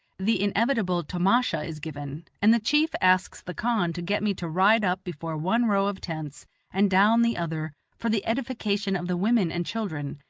the inevitable tomasha is given, and the chief asks the khan to get me to ride up before one row of tents and down the other for the edification of the women and children,